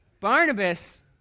Barnabas